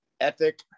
ethic